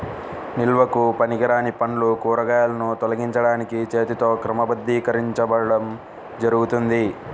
నిల్వకు పనికిరాని పండ్లు, కూరగాయలను తొలగించడానికి చేతితో క్రమబద్ధీకరించడం జరుగుతుంది